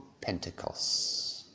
Pentecost